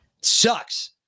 Sucks